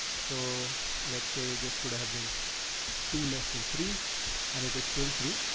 so let's say this could have been two less than three and it is still true.